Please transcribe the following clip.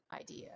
idea